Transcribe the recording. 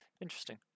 interesting